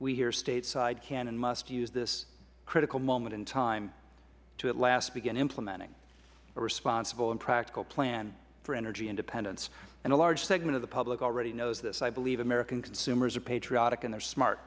we here at stateside can and must use this critical moment in time to at last begin implementing a responsible and practical plan for energy independence a large segment of the public already knows this i believe american consumers are patriotic and they are smart